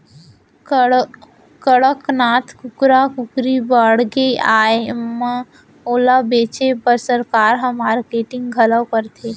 कड़कनाथ कुकरा कुकरी बाड़गे आए म ओला बेचे बर सरकार ह मारकेटिंग घलौ करथे